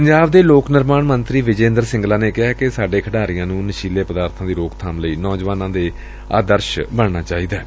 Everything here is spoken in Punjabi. ਪੰਜਾਬ ਦੇ ਲੋਕ ਨਿਰਮਾਣ ਮੰਤਰੀ ਵਿਜੇ ਇੰਦਰ ਸਿੰਗਲਾ ਨੇ ਕਿਹੈ ਕਿ ਸਾਡੇ ਖਿਡਾਰੀਆਂ ਨੂੰ ਨਸ਼ੀਲੇ ਪਦਾਰਥਾਂ ਦੀ ਰੋਕਬਾਮ ਲਈ ਨੌਜਵਾਨਾਂ ਦੇ ਆਦਰਸ਼ ਬਣਨਾ ਚਾਹੀਦੈ